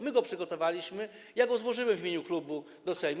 My go przygotowaliśmy, ja go złożyłem w imieniu klubu w Sejmie.